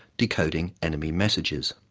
decoding enemy messages.